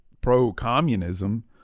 pro-communism